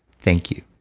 thank you